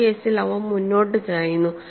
ഈ കേസിൽ അവ മുന്നോട്ട് ചായുന്നു